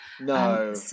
No